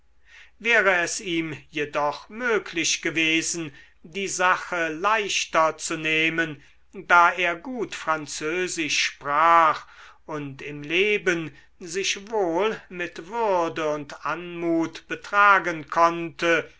wäre es ihm jedoch möglich gewesen die sache leichter zu nehmen da er gut französisch sprach und im leben sich wohl mit würde und anmut betragen konnte